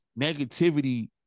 negativity